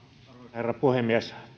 herra puhemies